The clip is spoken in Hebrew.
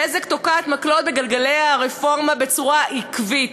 "בזק" תוקעת מקלות בגלגלי הרפורמה בצורה עקבית,